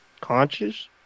conscious